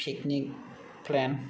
picnic plan